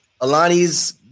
Alani's